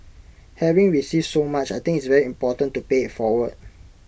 having received so much I think it's very important to pay IT forward